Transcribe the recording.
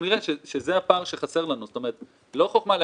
צריך ליצור את הממשק הזה בין מקומות